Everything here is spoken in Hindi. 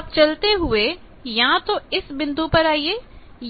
तो आप चलते हुए या तो इस बिंदु पर आइए